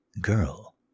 girl